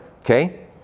Okay